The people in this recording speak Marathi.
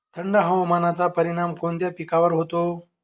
थंड हवामानाचा परिणाम कोणत्या पिकावर होतो?